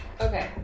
Okay